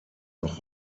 noch